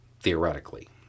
theoretically